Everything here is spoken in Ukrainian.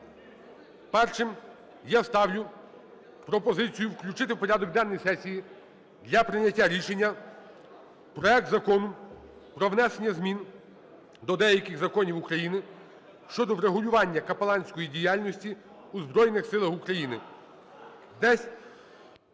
Першим ставлю пропозицію включити у порядок денний сесії для прийняття рішення проект Закону про внесення змін до деяких законів України щодо врегулювання капеланської діяльності у Збройних Силах України